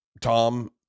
tom